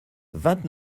vingt